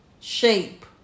shape